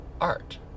art